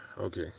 okay